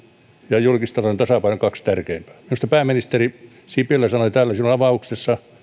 ja julkistalouden tasapaino kaksi tärkeintä minusta pääministeri sipilä sanoi täällä silloin avauksessa